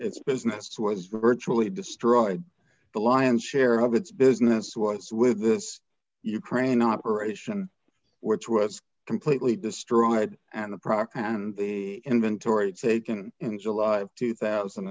its business was virtually destroyed the lion's share of its business was with this ukraine operation which was completely destroyed and the product and the inventory taken in july two thousand